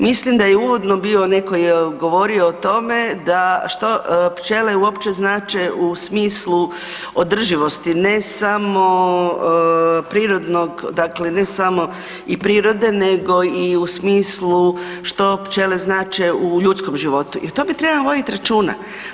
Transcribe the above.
Mislim da je uvodno bio neko je govorio o tome da što pčele uopće znače u smislu održivosti ne samo prirodnog, dakle samo i prirode nego i u smislu što pčele znače u ljudskom životu i to o tome treba vodit računa.